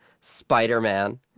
Spider-Man